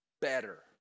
better